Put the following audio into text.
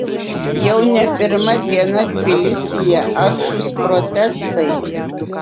jau ne pirmą dieną tbilisyje aršūs protestai